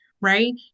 right